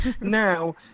now